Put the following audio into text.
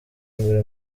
mbere